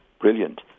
Brilliant